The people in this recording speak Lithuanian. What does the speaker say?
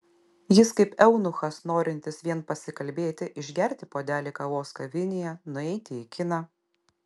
jis kaip eunuchas norintis vien pasikalbėti išgerti puodelį kavos kavinėje nueiti į kiną